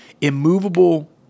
immovable